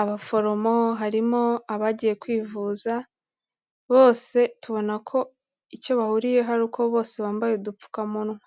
abaforomo, harimo abagiye kwivuza bose tubona ko icyo bahuriyeho ari uko bose bambaye udupfukamunwa.